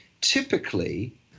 typically